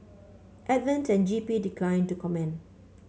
advent and G P declined to comment